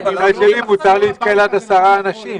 אבל מותר להתקהל עד עשרה אנשים.